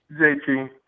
JT